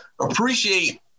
appreciate